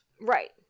Right